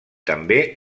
també